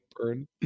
burn